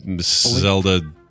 Zelda